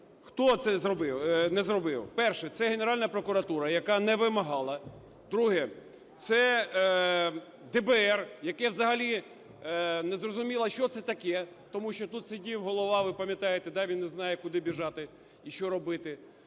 Хто це не зробив. Перше – це Генеральна прокуратура, яка не вимагала. Друге – це ДБР, яке взагалі не зрозуміло, а що це таке. Тому що тут сидів голова, ви пам'ятаєте, да, він не знає куди біжати і що робити,